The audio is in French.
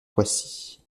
poissy